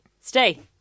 stay